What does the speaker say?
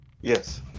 Yes